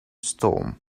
storm